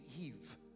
Eve